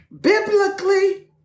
Biblically